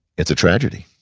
it's a tragedy.